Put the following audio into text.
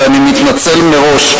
ואני מתנצל מראש,